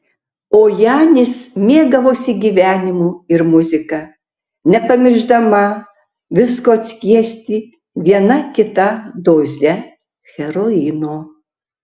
o janis mėgavosi gyvenimu ir muzika nepamiršdama visko atskiesti viena kita doze heroino